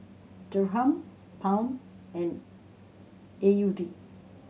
Dirham Pound and A U D